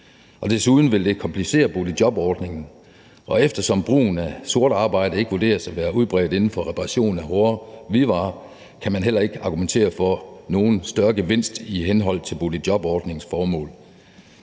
Desuden vil det komplicere boligjobordningen, og eftersom brugen af sort arbejde ikke vurderes at være udbredt inden for reparation af hårde hvidevarer, kan man heller ikke argumentere for nogen større gevinst i henhold til boligjobordningens formål.